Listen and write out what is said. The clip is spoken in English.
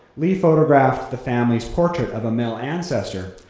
lee photographed the family's portrait of a male ancestor,